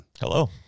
Hello